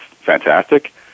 fantastic